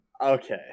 Okay